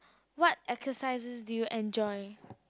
what exercises do you enjoy